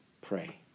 pray